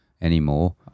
anymore